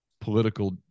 political